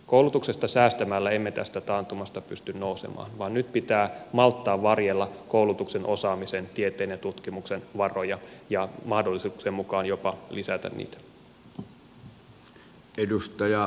koulutuksesta säästämällä emme tästä taantumasta pysty nousemaan vaan nyt pitää malttaa varjella koulutuksen osaamisen tieteen ja tutkimuksen varoja ja mahdollisuuksien mukaan jopa lisätä niitä